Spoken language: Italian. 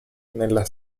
nella